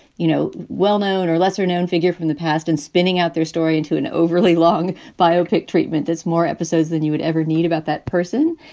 you know, well-known or lesser known figure from the past and spinning out their story into an overly long biopic treatment. that's more episodes than you would ever need about that person.